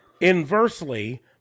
inversely